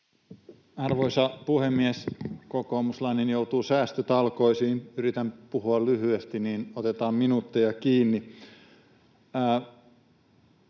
Arvoisa puhemies! Kokoomuslainen joutuu säästötalkoisiin: yritän puhua lyhyesti, niin otetaan minuutteja kiinni.